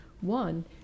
One